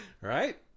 Right